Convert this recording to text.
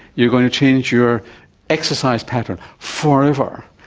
you're going to change your exercise pattern forever.